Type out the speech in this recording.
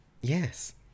yes